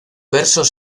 versos